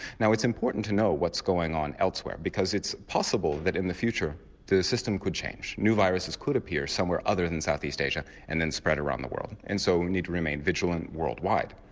now it's important to know what's going on elsewhere because it's possible that in the future the system could change, new viruses could appear somewhere other than south east asia and then spread around the world. and so we need to remain vigilant worldwide.